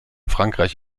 frankreich